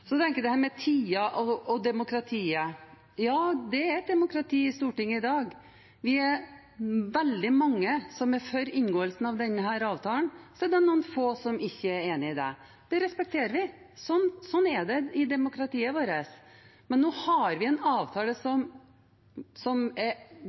med tiden og demokratiet. Ja, det er et demokrati i Stortinget i dag. Vi er veldig mange som er for inngåelsen av denne avtalen, det er bare noen få som ikke er enig. Det respekterer vi. Slik er det i demokratiet vårt. Nå har vi en avtale